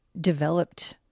developed